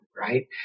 right